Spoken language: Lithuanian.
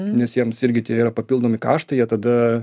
nes jiems irgi tai yra papildomi kaštai jie tada